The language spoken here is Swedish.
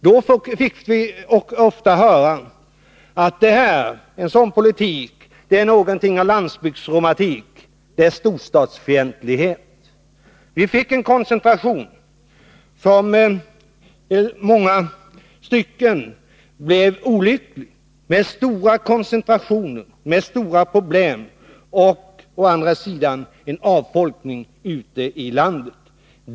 Då fick vi ofta höra att en sådan politik var någonting av landsbygdsromantik och storstadsfientlighet. Vi fick en koncentration, som i många stycken var olycklig. Stora koncentrationer gav stora problem, likaså å andra sidan avfolkningen ute i landet.